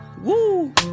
Woo